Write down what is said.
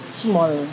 small